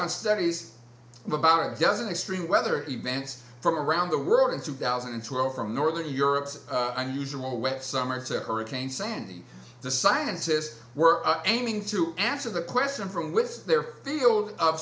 on studies of about a dozen extreme weather events from around the world in two thousand and twelve from northern europe so unusual wet summer to hurricane sandy the scientists were aiming to answer the question from with their field of